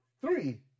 Three